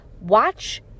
watch